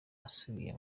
asubiye